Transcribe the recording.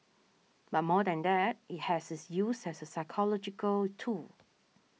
but more than that it has its use as a psychological tool